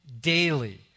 daily